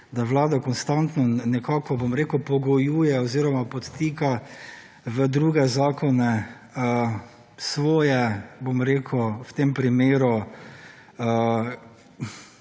da vlada konstantno nekako, bom rekel, pogojuje oziroma podtika v druge zakone svoje, bom rekel, v tem primeru,